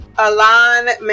Alan